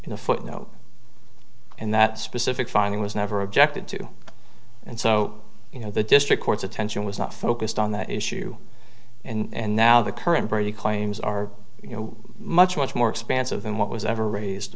in a footnote in that specific finding was never objected to and so you know the district court's attention was not focused on that issue and now the current brady claims are you know much much more expansive than what was ever raised